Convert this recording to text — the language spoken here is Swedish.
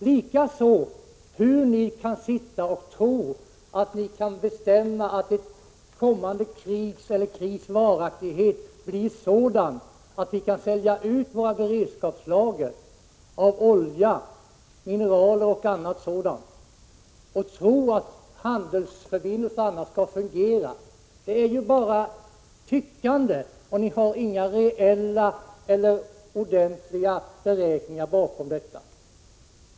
Likaså frågar man sig: Hur kan ni tro att ni kan bestämma att ett kommande krigs varaktighet blir sådan att vi kan sälja ut våra beredskapslager av olja, mineraler osv. samtidigt som handelsförbindelser och annat kan fungera? Det är ju bara tyckande. Ni har inga reella, ordentliga beräkningar bakom detta.